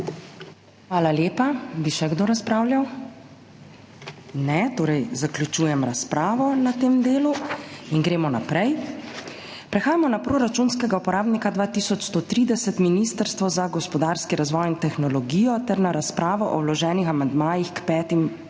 Hvala lepa. Bi še kdo razpravljal? Ne. Torej zaključujem razpravo na tem delu. Gremo naprej. Prehajamo na proračunskega uporabnika 2130 Ministrstvo za gospodarski razvoj in tehnologijo ter na razpravo o vloženih amandmajih k petim